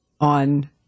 on